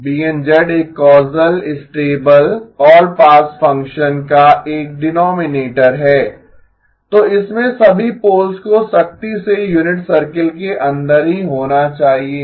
BN एक causal stable all pass function का एक डीनोमीनेटर है तो इसमें सभी पोल्स को सख्ती से यूनिट सर्कल के अंदर ही होना चाहिए